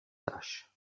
tâche